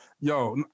Yo